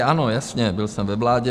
Ano, jasně, byl jsem ve vládě.